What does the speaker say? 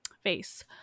face